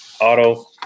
Auto